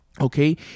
okay